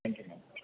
thank you ma'am